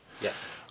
Yes